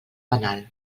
penal